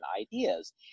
ideas